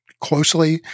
closely